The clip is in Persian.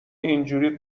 اینجوری